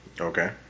Okay